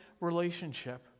relationship